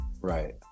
right